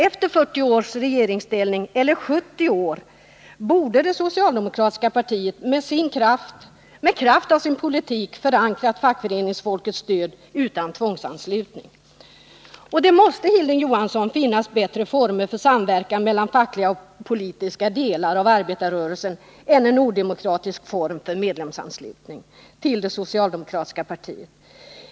Efter mer än 40 år i regeringsställning borde det socialdemokratiska partiet i kraft av sin politik kunna förankra fackföreningsrörelsens stöd utan tvångsanslutning. Och det måste, Hilding Johansson, finnas bättre former för samverkan mellan fackliga och politiska delar av arbetarrörelsen än en odemokratisk kollektiv anslutning av medlemmar till det socialdemokratiska partiet.